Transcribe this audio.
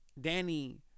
Danny